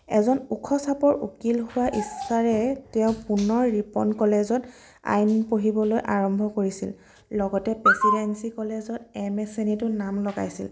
এজন ওখ চাপৰ উকিল হোৱা ইচ্ছাৰে তেওঁ পুনৰ ৰিপন কলেজত আইন পঢ়িবলৈ আৰম্ভ কৰিছিল লগতে প্ৰেচিডেঞ্চি কলেজত এম এ শ্ৰেণীতো নাম লগাইছিল